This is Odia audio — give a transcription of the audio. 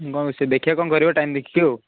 ହଉ ସେ ଦେଖିଆ କ'ଣ କରିବା ଟାଇମ୍ ଦେଖିକି ଆଉ